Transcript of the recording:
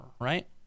right